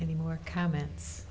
any more comments